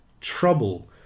trouble